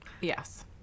Yes